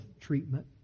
treatment